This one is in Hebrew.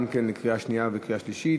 גם כן לקריאה שנייה ולקריאה שלישית.